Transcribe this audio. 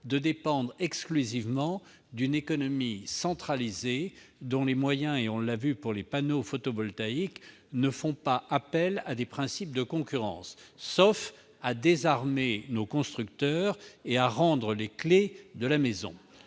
de dépendre exclusivement d'une économie centralisée, dont les moyens, nous l'avons vu pour les panneaux photovoltaïques, ne font pas appel à des principes de concurrence, sauf à désarmer nos constructeurs et à rendre les clés de la maison